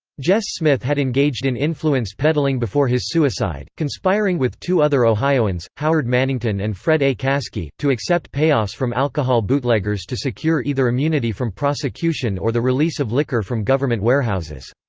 jess smith had engaged in influence peddling before his suicide, conspiring with two other ohioans, howard mannington and fred a. caskey, to accept payoffs from alcohol bootleggers to secure either immunity from prosecution or the release of liquor from government warehouses.